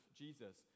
jesus